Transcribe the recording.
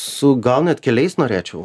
su gal net keliais norėčiau